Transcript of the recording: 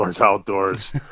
outdoors